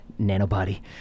nanobody